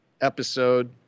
episode